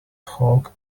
hog